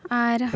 ᱟᱨ